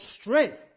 strength